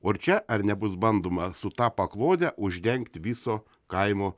o čia ar nebus bandoma su ta paklode uždengti viso kaimo